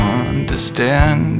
understand